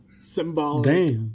Symbolic